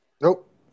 Nope